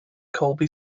colby